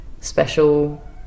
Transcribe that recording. special